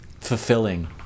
fulfilling